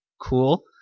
cool